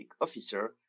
officer